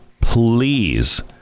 Please